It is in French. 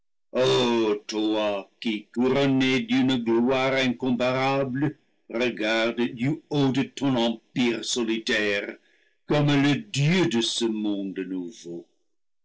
incomparable regardes du haut de ton empire solitaire comme le dieu de ce monde nou